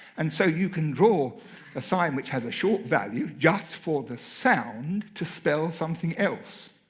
and so, you can draw a sign, which has a short value just for the sound, to spell something else.